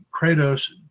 Kratos